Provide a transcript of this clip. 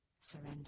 surrender